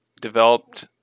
developed